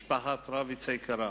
משפחת רביץ היקרה,